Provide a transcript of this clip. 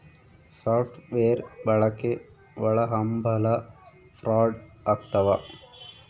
soft wear ಬಳಕೆ ಒಳಹಂಭಲ fraud ಆಗ್ತವ